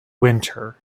winter